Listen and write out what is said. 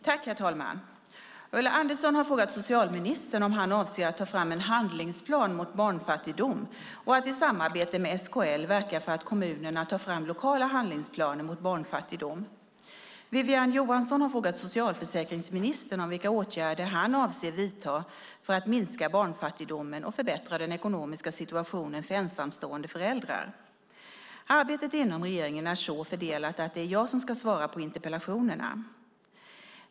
Herr talman! Ulla Andersson har frågat socialministern om han avser att ta fram en handlingsplan mot barnfattigdom och att i samarbete med SKL verka för att kommunerna tar fram lokala handlingsplaner mot barnfattigdom. Wivi-Anne Johansson har frågat socialförsäkringsministern om vilka åtgärder han avser att vidta för att minska barnfattigdomen och förbättra den ekonomiska situationen för ensamstående föräldrar. Arbetet inom regeringen är så fördelat att det är jag som ska svara på interpellationerna.